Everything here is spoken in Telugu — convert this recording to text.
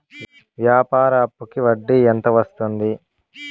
వ్యాపార అప్పుకి వడ్డీ ఎంత వస్తుంది?